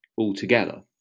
altogether